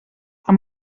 amb